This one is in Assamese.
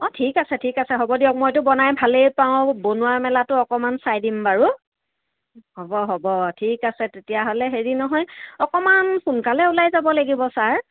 অঁ ঠিক আছে ঠিক আছে হ'ব দিয়ক মইতো বনাই ভালেই পাওঁ বনোৱা মেলাটো অকণমান চাই দিম বাৰু হ'ব হ'ব ঠিক আছে তেতিয়া হ'লে হেৰি নহয় অকণমান সোনকালে ওলাই যাব লাগিব ছাৰ